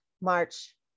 march